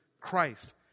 Christ